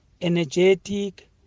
energetic